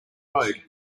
road